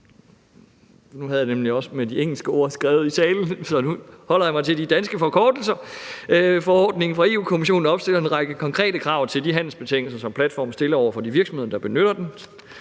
forkortelser – fra Europa-Kommissionen opstiller en række konkrete krav til de handelsbetingelser, som platformen stiller til de virksomheder, der benytter den.